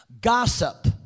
Gossip